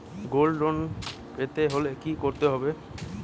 Gold loan পেতে হলে কি করতে হবে?